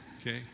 Okay